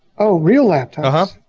oh real laptops.